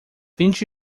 vinte